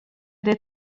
det